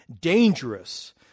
dangerous